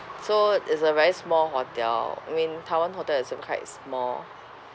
so it's a very small hotel I mean taiwan hotel is a quite small